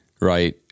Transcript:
Right